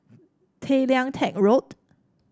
Tay Lian Teck Road